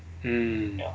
mm